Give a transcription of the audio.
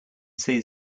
say